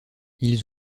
ils